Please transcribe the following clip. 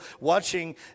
watching